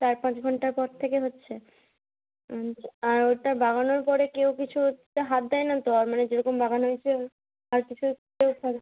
চার পাঁচ ঘন্টা পর থেকে হচ্ছে আর ওটা লাগানোর পরে কেউ কিছু হাত ওটাতে দেয়না তো আর মানে যে রকম লাগানো হয়েছিল আর কিছু করে ফ্যাল